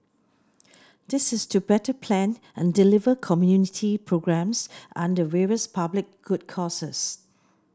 this is to better plan and deliver community programmes and the various public good causes